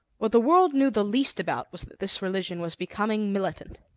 what the world knew the least about was that this religion was becoming militant.